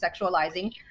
sexualizing